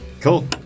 Cool